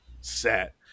set